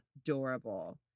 adorable